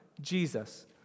Jesus